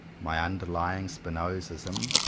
my underlying spinozism,